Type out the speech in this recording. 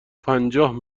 پنجاه